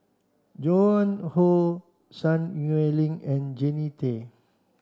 Joan Hon Sun Xueling and Jannie Tay